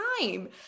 time